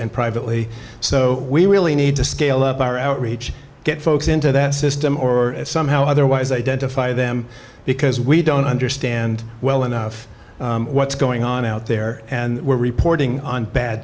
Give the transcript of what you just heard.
and privately so we really need to scale up our outreach get folks into that system or somehow otherwise identify them because we don't understand well enough what's going on out there and we're reporting on bad